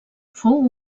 fou